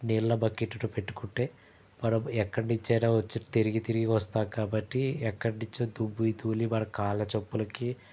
నీళ్ళ బక్కెట్టుని పెట్టుకుంటే మనం ఎక్కడినుంచైనా వచ్చి తిరిగి తిరిగి వస్తాం కాబట్టి ఎక్కడినుంచో దుమ్ము ధూళి మన కాళ్ళ చొప్పులికి